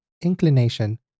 inclination